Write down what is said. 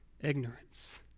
ignorance